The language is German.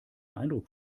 eindruck